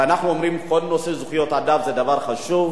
ואנחנו אומרים שכל נושא זכויות האדם זה דבר חשוב.